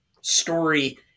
story